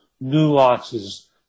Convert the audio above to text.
nuances